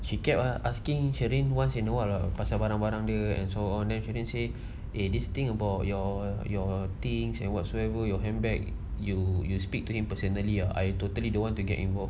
she kept uh asking sheryn once in a while ah pasal barang-barang and so on then sheryn say eh this thing about your your things and what so ever your handbag you you speak to him personally ah I totally don't want to get involved